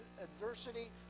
adversity